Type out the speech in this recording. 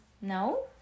no